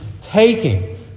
taking